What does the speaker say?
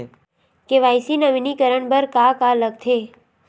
KYC नवीनीकरण बर का का लगथे?